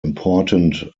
important